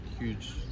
huge